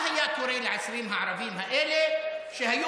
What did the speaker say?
מה היה קורה ל-20 הערבים האלה שהיו